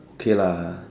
okay lah